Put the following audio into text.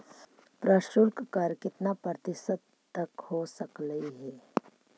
प्रशुल्क कर कितना प्रतिशत तक हो सकलई हे?